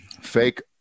fake